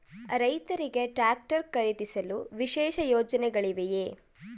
ರೈತರಿಗೆ ಟ್ರಾಕ್ಟರ್ ಖರೀದಿಸಲು ವಿಶೇಷ ಯೋಜನೆಗಳಿವೆಯೇ?